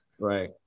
Right